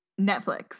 Netflix